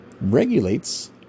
regulates